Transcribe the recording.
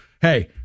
hey